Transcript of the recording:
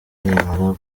nimara